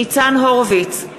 ניצן הורוביץ,